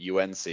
unc